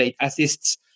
assists